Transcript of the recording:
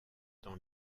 dans